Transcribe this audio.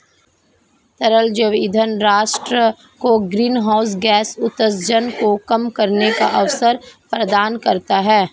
तरल जैव ईंधन राष्ट्र को ग्रीनहाउस गैस उत्सर्जन को कम करने का अवसर प्रदान करता है